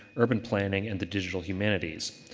urban planning and the digital humanities.